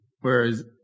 whereas